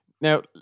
Now